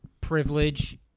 privilege